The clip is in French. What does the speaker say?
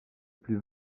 plus